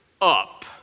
up